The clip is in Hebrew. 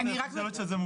כבר לא נמצאים במצוקה,